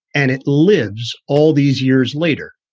and it lives. all these years later,